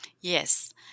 Yes